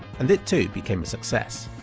and it too became a success.